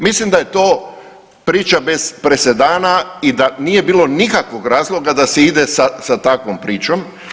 Mislim da je to priča bez presedana i da nije bilo nikakvog razloga da se ide sa takvom pričom.